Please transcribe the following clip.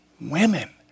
women